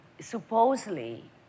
supposedly